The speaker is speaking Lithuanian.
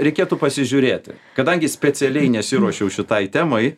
reikėtų pasižiūrėti kadangi specialiai nesiruošiau šitai temai